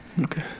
Okay